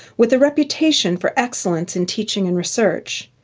with a reputation for excellence in teaching and research.